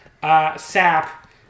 Sap